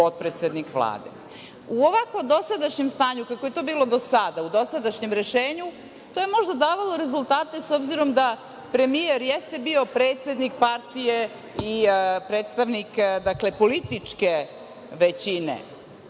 ovako dosadašnjem stanju kako je to bilo do sada, u dosadašnjem rešenju, to je možda davalo rezultate, s obzirom da premijer jeste bio predsednik partije i predstavnik političke većine